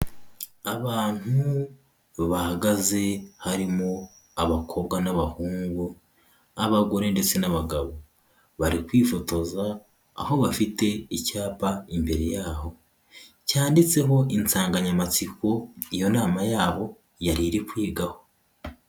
Abantu bahagaze harimo abakobwa n'abahungu, abagore ndetse n'abagabo bari kwifotoza, aho bafite icyapa imbere yaho cyanditseho insanganyamatsiko iyo nama yabo yari iri kwigaho.